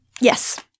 Yes